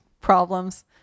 problems